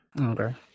okay